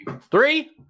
Three